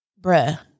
bruh